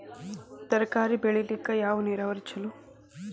ತರಕಾರಿ ಬೆಳಿಲಿಕ್ಕ ಯಾವ ನೇರಾವರಿ ಛಲೋ?